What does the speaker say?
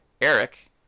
Eric